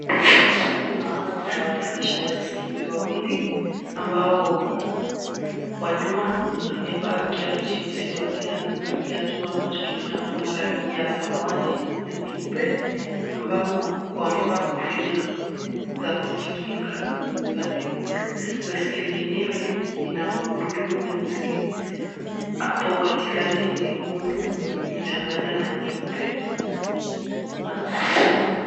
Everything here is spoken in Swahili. Naona kuna waendesha baiskeli wawili ambao wa nyuma amevaa kiatu cheusi, wa nyuma amevaa kiatu ambacho kimechanganywa rangi ya samawati na nyeupe ambamo wamevaa kofia za kujikinga za nyekundu. Baiskeli yenyewe ina magurudumu meusi, hapo katikati ni nyekundu imechanganywa na nyeupe.